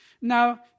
Now